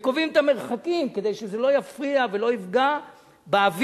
וקובעים את המרחקים כדי שזה לא יפריע ולא יפגע באוויר,